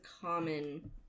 common